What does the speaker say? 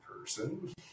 person